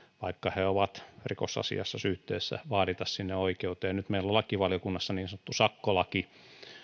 vaikka he ovat rikosasiassa syytteessä vaadita sinne oikeuteen nyt meillä on lakivaliokunnassa niin sanottu sakkolaki